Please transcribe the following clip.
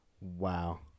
Wow